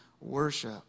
worship